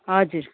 हजुर